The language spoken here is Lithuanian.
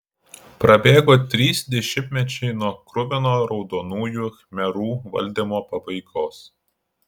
prabėgo trys dešimtmečiai nuo kruvino raudonųjų khmerų valdymo pabaigos